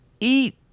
eat